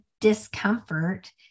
discomfort